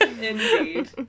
Indeed